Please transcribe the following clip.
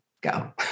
go